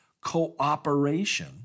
cooperation